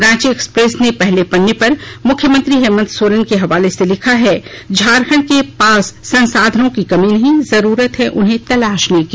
Ranchi Express ने अपने पहले पन्ने पर मुख्यमंत्री हेमंत सोरेन के हवाले से लिखा है झारखंड के पास संसाधनों की कमी नहीं जरूरत है उन्हें तलाशने की